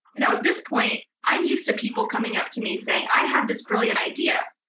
now at this point, i'm used to people coming up to me, saying, i have this brilliant idea,